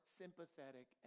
sympathetic